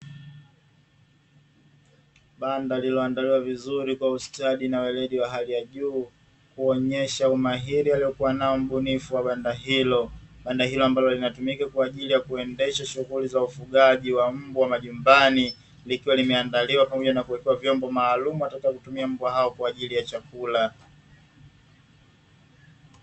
Banda lililoandaliwa vizuri kwa ustadi na weledi wa hali ya juu, kuonyesha umahiri aliokuwa nao mbunifu wa banda hilo. Banda hilo ambalo linatumika kwa ajili ya kuendesha shughuli za ufugaji wa mbwa majumbani. Likiwa limeandaliwa pamoja na kuwekewa vyombo maalumu watakavyotumia mbwa hao kwa ajili ya chakula.